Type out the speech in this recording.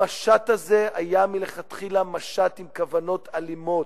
שהמשט הזה היה מלכתחילה משט עם כוונות אלימות.